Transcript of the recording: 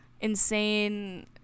insane